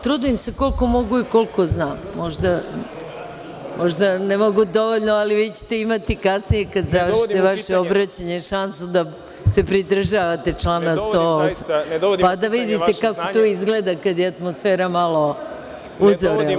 Trudim se koliko mogu i koliko znam, možda ne mogu dovoljno, ali vi ćete imati kasnije kada završite vaše obraćanje šansu da se pridržavate člana 108, pa da vidite kako to izgleda kada je atmosfera malo uzavrela.